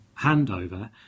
handover